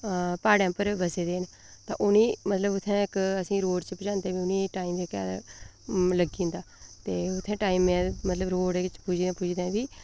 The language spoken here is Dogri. प्हाड़ें पर बस्से दे न ते उ'नें गी मतलब असें गी रोड़ पजांदे टैम जेह्का ऐ लग्गी जंदा ते उत्थै टैम रोड़ च पुजदे पुजदे बी